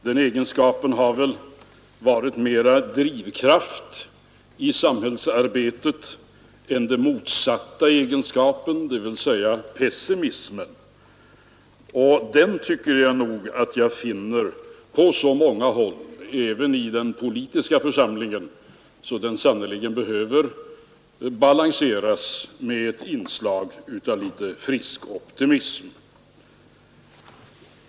Den egenskapen har väl varit mera drivkraft i samhällsarbetet än den motsatta egenskapen, dvs. pessimismen. Den tycker jag mig finna på så många håll även i den politiska församlingen att den sannerligen behöver balanseras med ett inslag av litet frisk optimism.